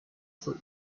for